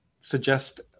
suggest